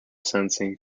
sensing